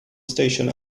station